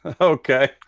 Okay